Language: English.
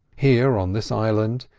here, on this island,